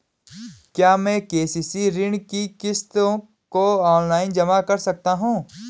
क्या मैं के.सी.सी ऋण की किश्तों को ऑनलाइन जमा कर सकता हूँ?